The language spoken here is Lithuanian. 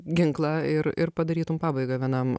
ginklą ir ir padarytum pabaigą vienam